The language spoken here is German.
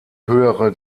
höhere